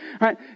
right